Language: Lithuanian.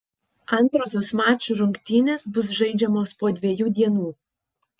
antrosios mačų rungtynės bus žaidžiamos po dviejų dienų